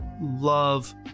love